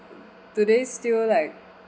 today is still like